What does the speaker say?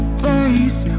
place